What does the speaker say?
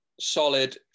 solid